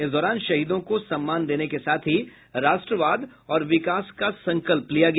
इस दौरान शहीदों को सम्मान देने के साथ ही राष्ट्रवाद और विकास का संकल्प लिया गया